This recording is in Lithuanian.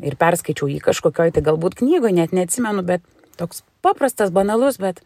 ir perskaičiau jį kažkokioj tai galbūt knygoj net neatsimenu bet toks paprastas banalus bet